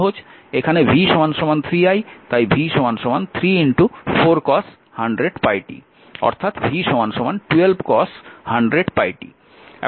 এখানে v 3 i তাই v 3 4 cos 100πt